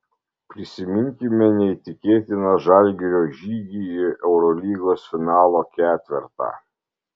prisiminkime neįtikėtiną žalgirio žygį į eurolygos finalo ketvertą